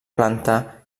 planta